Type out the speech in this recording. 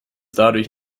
dadurch